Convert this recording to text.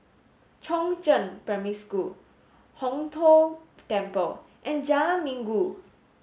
Chongzheng Primary School Hong Tho Temple and Jalan Minggu